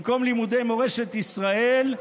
במקום לימודי מורשת ישראל,